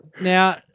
Now